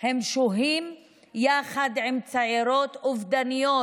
שוהים יחד עם צעירות אובדניות,